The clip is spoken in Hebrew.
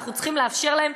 ואנחנו צריכים לאפשר להם.